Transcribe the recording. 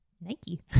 Nike